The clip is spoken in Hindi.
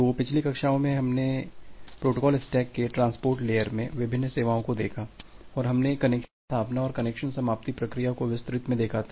तो पिछली कक्षाओं में आपने प्रोटोकॉल स्टैक के ट्रांसपोर्ट लेयर में विभिन्न सेवाओं को देखा और हमने कनेक्शन स्थापना और कनेक्शन समाप्ति प्रक्रिया को विस्तृत में देखा था